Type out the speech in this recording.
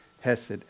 Hesed